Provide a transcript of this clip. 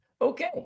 Okay